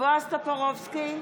בועז טופורובסקי,